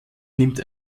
nimmt